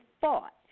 fought